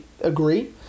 agree